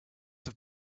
have